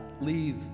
leave